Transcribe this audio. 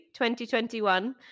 2021